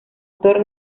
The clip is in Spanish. actor